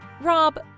Rob